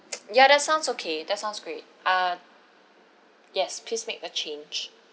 ya that sounds okay that sounds great err yes please make the change